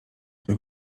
bym